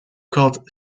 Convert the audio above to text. called